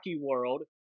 world